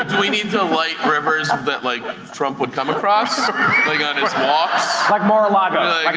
we need to light rivers that like trump would come across? like on his walks? like mar-a-lago.